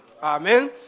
Amen